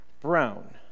brown